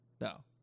No